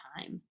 time